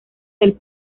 del